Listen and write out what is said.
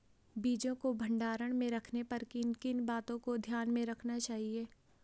बीजों को भंडारण में रखने पर किन किन बातों को ध्यान में रखना चाहिए?